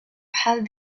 had